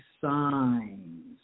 signs